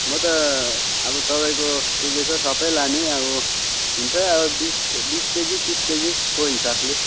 म त अब तपाईँको के के छ सबै लाने अब हुन्छ अब बिस बिस केजी तिस केजीको हिसाबले